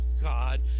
god